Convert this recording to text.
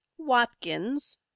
Watkins